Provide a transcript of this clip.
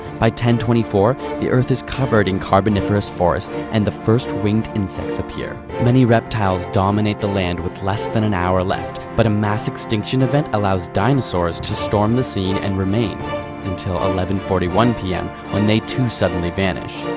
by ten twenty four, the earth is covered in carniforous forests, and the first winged insects appear. many reptiles dominate the land with less than an hour left, but a mass extinction event allows dinosaurs to storm the scene and remain until eleven forty one pm, when they too suddenly vanish.